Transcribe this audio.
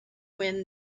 win